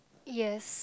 yes